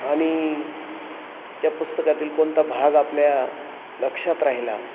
आणि त्या पुस्तकातील कोणता भाग आपल्या लक्षात राहिला